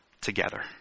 together